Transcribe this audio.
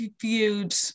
viewed